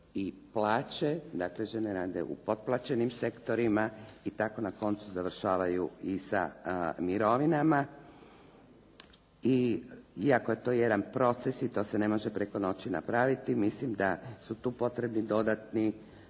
i plaće. Dakle žene rade u potplaćenim sektorima i tako na koncu završavaju i sa mirovinama. I iako je to jedan proces i to se ne može preko noći napraviti mislim da su tu potrebni dodatni